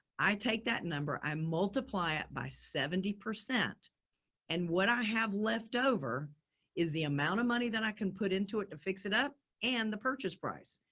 i take that number, i multiply it by seventy percent and what i have left over is the amount of money that i can put into it to fix it up and the purchase price.